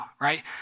right